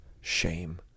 shame